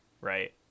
Right